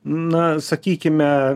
na sakykime